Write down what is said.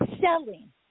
selling